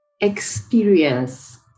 experience